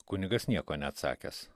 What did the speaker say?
kunigas nieko neatsakęs